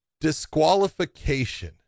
disqualification